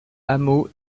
hameau